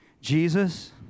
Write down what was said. Jesus